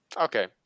Okay